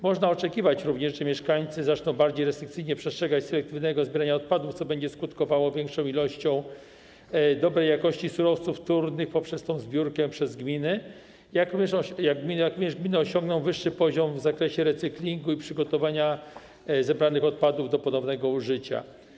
Można oczekiwać również, że mieszkańcy zaczną bardziej restrykcyjnie przestrzegać selektywnego zbierania odpadów, co będzie skutkowało większą ilością dobrej jakości surowców wtórnych poprzez zbiórkę przez gminy, jak również gminy osiągną wyższy poziom w zakresie recyklingu i przygotowania zebranych odpadów do ponownego użycia.